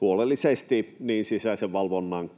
huolellisesti niin sisäisen valvonnan